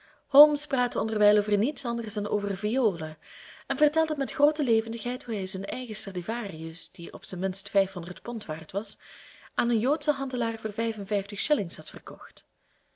praatte onderwijl over niets anders dan over violen en vertelde met groote levendigheid hoe hij zijn eigen stradivarius die op zijn minst vijfhonderd pond waard was aan een joodschen handelaar voor vijf en vijftig shillings had verkocht